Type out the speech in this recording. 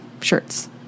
shirts